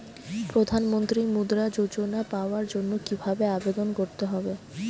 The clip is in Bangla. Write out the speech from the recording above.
প্রধান মন্ত্রী মুদ্রা যোজনা পাওয়ার জন্য কিভাবে আবেদন করতে হবে?